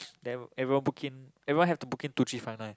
then ev~ everyone book in everyone have to book in two three five nine